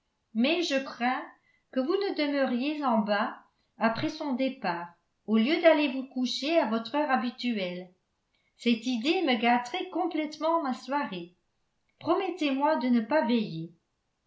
mais je crains que vous ne demeuriez en bas après son départ au lieu d'aller vous coucher à votre heure habituelle cette idée me gâterait complètement ma soirée promettez-moi de ne pas veiller